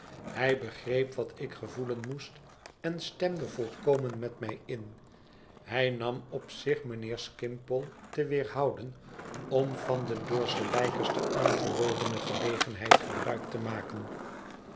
hij begreep wat ik gevoelen moest en stemde volkomen met mij in hij nam op zich mijnheer skimpole te weerhouden om van de door sir leiter aangebodene gelegenheid gebruik te maken